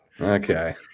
Okay